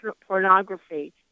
pornography